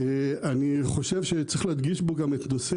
אני חושב שצריך להדגיש פה גם את נושא